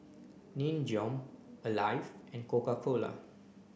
Nin Jiom Alive and Coca cola